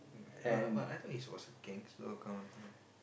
but but I thought he was a gangster kind of thing